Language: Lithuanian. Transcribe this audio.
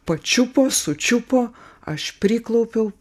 pačiupo sučiupo aš priklaupiau